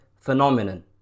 phenomenon